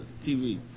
TV